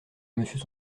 monsieur